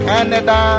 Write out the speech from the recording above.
Canada